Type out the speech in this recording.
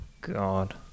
God